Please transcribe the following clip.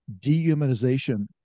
dehumanization